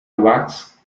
wax